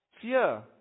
fear